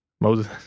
Moses